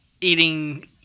eating